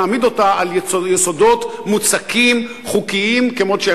נעמיד אותה על יסודות מוצקים חוקיים כמות שהם.